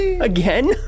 Again